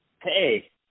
Hey